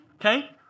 okay